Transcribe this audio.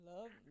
Love